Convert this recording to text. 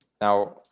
Now